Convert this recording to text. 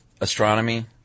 Astronomy